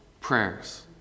prayers